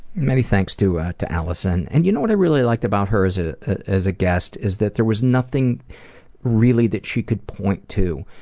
many thanks to to alison, and you know what i really liked about her as ah as a guest, is there was nothing really that she could point to,